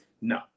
no